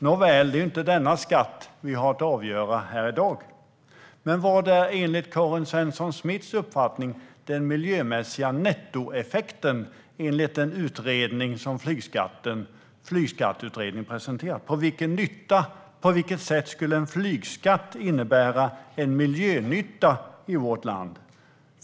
Nåväl, det är inte en skatt vi har att avgöra här i dag. Men vad är, menar Karin Svensson Smith, den miljömässiga nettoeffekten enligt den utredning som Flygskatteutredningen har presenterat? På vilket sätt skulle en flygskatt innebära en miljönytta i vårt land?